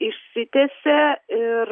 išsitiesė ir